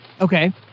Okay